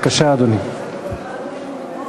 בבקשה, אדוני.